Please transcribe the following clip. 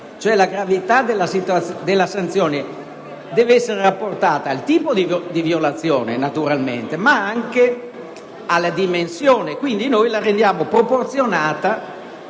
la gravità della sanzione deve essere rapportata al tipo di violazione ma anche alla dimensione, per cui la rendiamo proporzionata